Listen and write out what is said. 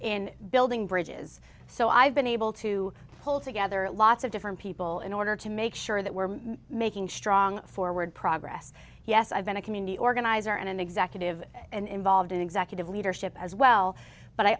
in building bridges so i've been able to pull together lots of different people in order to make sure that we're making strong forward progress yes i've been a community organizer and an executive and involved in executive leadership as well but i